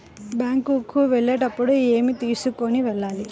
Bank కు వెళ్ళేటప్పుడు ఏమి తీసుకొని వెళ్ళాలి?